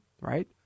right